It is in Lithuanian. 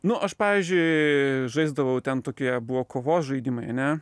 nu aš pavyzdžiui žaisdavau ten tokie buvo kovos žaidimai ane